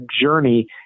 journey